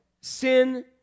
sin